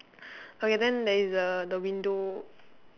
okay then there is a the window